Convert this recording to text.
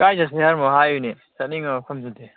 ꯀꯥꯏ ꯆꯠꯁꯦ ꯍꯥꯏꯔꯤꯃꯣ ꯍꯥꯏꯌꯨꯅꯦ ꯆꯠꯅꯤꯡꯕ ꯃꯐꯝꯗꯨꯗꯤ